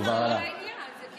אני לא הבנתי, באמת.